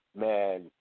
man